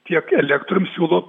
tiek elektrum siūlo